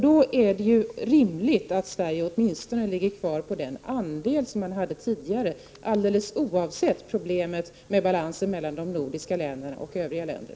Då är det ju rimligt att Sverige åtminstone har kvar den andel som man hade tidigare, alldeles oavsett problemet med balansen mellan de nordiska länderna och övriga länder.